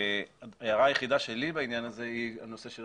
ההערה היחידה שלי בעניין הזה היא הנושא של